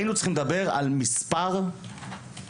היינו צריכים לדבר על מספר מתאמנים.